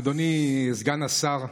אדוני סגן השר,